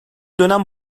dönem